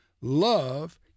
Love